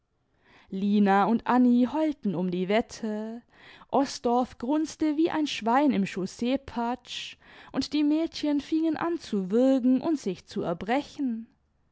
lina und anni heulten um die wette osdorff grunzte wie ein schwein im chausseepatsch und die mädchen fingen an zu würgen imd sich zu erbrechen